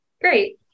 Great